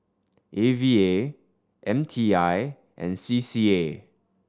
A V A M T I and C C A